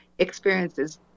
experiences